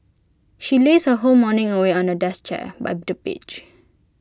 she lazed her whole morning away on A desk chair by the beach